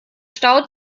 stau